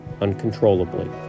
uncontrollably